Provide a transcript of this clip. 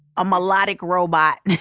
a melodic robot.